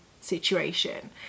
situation